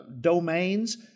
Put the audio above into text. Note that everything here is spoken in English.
domains